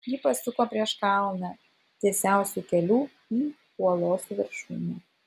ji pasuko prieš kalną tiesiausiu keliu į uolos viršūnę